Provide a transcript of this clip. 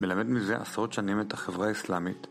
מלמד מזה עשרות שנים את החברה האסלאמית